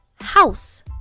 house